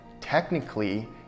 technically